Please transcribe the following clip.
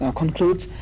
concludes